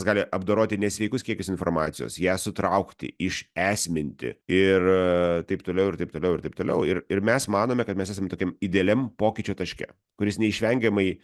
gali apdoroti nesveikus kiekius informacijos ją sutraukti išesmininti ir taip toliau ir taip toliau ir taip toliau ir ir mes manome kad mes esam tokiam idealiam pokyčio taške kuris neišvengiamai